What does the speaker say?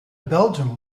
belgium